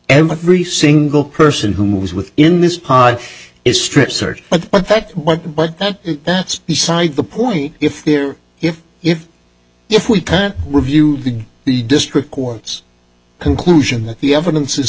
every single person who moves within this pod is strip search effect what but that's beside the point if they're if if if we can't review the district court's conclusion that the evidence is